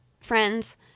friends